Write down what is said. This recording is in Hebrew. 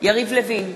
יריב לוין,